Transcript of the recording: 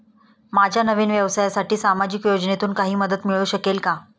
माझ्या नवीन व्यवसायासाठी सामाजिक योजनेतून काही मदत मिळू शकेल का?